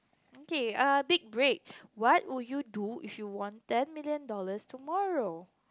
okay err big break what would you do if you won ten million dollars tomorrow